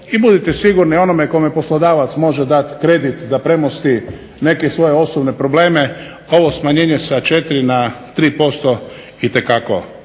I budite sigurni, onome kome poslodavac može dati kredit da premosti neke svoje osobne probleme ovo smanjenje sa 4 na 3% itekako